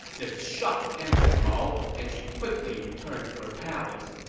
this shocked empress mao, and she quickly returned to her palace.